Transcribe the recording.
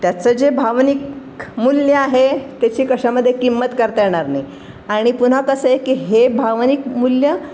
त्याचं जे भावनिक मूल्य आहे त्याची कशामध्ये किंमत करता येणार नाही आणि पुन्हा कसं आहे की हे भावनिक मूल्य